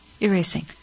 erasing